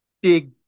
big